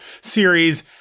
series